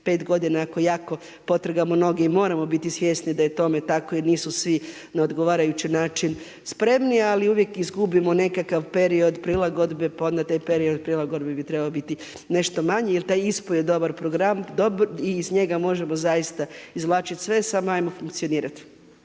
pet godina ako jako potrgamo noge. I moramo biti svjesni da je tome tako jer nisu svi na odgovarajući način spremni, ali uvijek izgubimo nekakav period prilagodbe pa onda taj period prilagodbe bi trebao biti nešto manji. Jer taj ISPU je dobar program i iz njega možemo zaista izvlačiti sve samo ajmo funkcionirat.